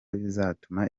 bizatuma